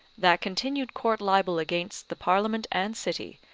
that continued court-libel against the parliament and city,